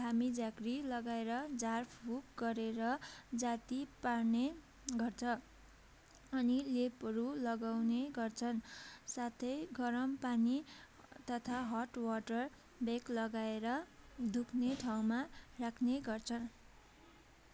धामी झाँक्री लगाएर झारफुक गरेर जाती पार्ने गर्छ अनि लेपहरू लगाउने गर्छन् साथै गरम पानी तथा हट वाटर ब्याग लगाएर दुख्ने ठाउँमा राख्ने गर्छन्